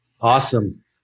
Awesome